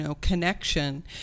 connection